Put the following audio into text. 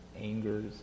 angers